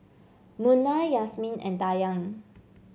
Munah Yasmin and Dayang